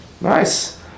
Nice